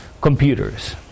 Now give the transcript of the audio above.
computers